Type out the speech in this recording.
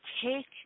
Take